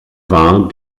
wahr